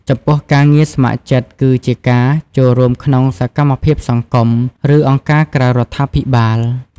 ចំពោះការងារស្ម័គ្រចិត្តគឺជាការ ចូលរួមក្នុងសកម្មភាពសង្គម ឬអង្គការក្រៅរដ្ឋាភិបាល។